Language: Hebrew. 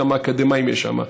כמה אקדמאים יש שם.